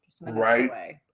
right